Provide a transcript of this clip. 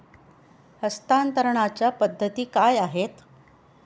हस्तांतरणाच्या पद्धती काय आहेत?